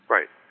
Right